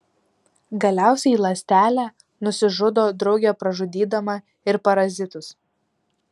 galiausiai ląstelė nusižudo drauge pražudydama ir parazitus